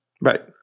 Right